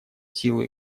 силу